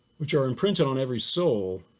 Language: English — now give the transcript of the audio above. which are imprinted on every soul.